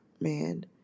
man